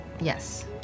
Yes